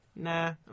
Nah